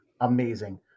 Amazing